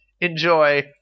Enjoy